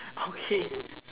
okay